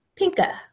Pinka